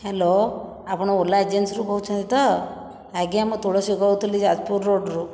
hello ଆପଣ ଓଲା ଏଜେନ୍ସିରୁ କହୁଛନ୍ତି ତ ଆଜ୍ଞା ମୁଁ ତୁଳସୀ କହୁଥିଲି ଯାଜପୁର ରୋଡ଼ରୁ